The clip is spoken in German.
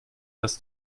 dass